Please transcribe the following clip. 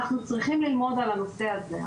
אנחנו צריכים ללמוד על הנושא הזה,